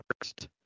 first